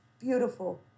beautiful